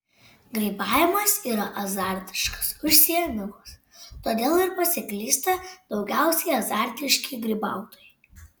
grybavimas yra azartiškas užsiėmimas todėl ir pasiklysta daugiausiai azartiški grybautojai